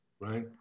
right